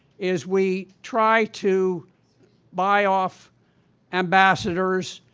is we try to buy off ambassadors,